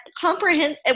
comprehensive